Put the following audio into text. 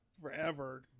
Forever